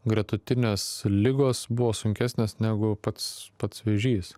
gretutinės ligos buvo sunkesnės negu pats pats vėžys